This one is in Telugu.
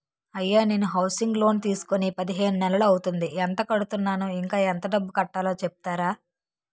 అయ్యా నేను హౌసింగ్ లోన్ తీసుకొని పదిహేను నెలలు అవుతోందిఎంత కడుతున్నాను, ఇంకా ఎంత డబ్బు కట్టలో చెప్తారా?